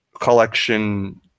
collection